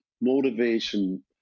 motivation